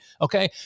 okay